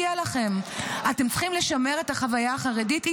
יהיה לכם, אתם צריכים לשמר את החוויה החרדית?